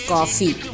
Coffee